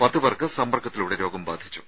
പത്തുപേർക്ക് സമ്പർക്കത്തിലൂടെ രോഗം ബാധിച്ചു